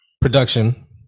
Production